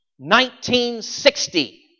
1960